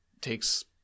takes